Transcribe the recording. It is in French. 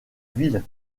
ville